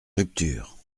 rupture